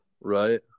Right